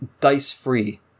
dice-free